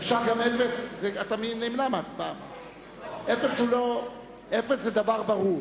אפס זה להימנע מהצבעה, אפס זה דבר ברור,